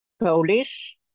Polish